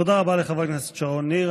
תודה רבה לחברת הכנסת שרון ניר.